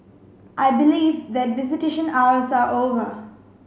I believe that visitation hours are over